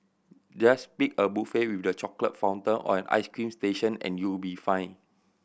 just pick a buffet with the chocolate fountain or an ice cream station and you'll be fine